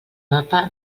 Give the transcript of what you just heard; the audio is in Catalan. mapa